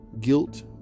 guilt